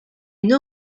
une